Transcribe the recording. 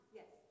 yes